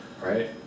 Right